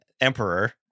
emperor